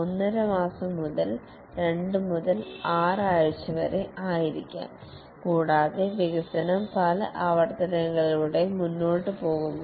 5 മാസം 2 മുതൽ 6 ആഴ്ച വരെ ആയിരിക്കാം കൂടാതെ വികസനം പല ആവർത്തനങ്ങളിലൂടെയും മുന്നോട്ട് പോകുന്നു